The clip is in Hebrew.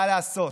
מה לעשות?